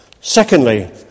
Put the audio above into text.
Secondly